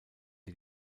die